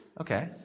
okay